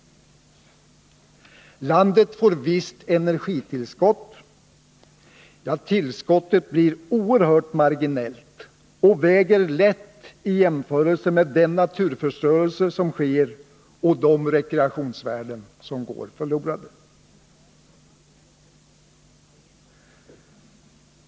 Landet får ett visst energitillskott, anförs det vidare. Tillskottet blir oerhört marginellt och väger lätt i jämförelse med den naturförstörelse som sker och de rekreationsvärden som går förlorade.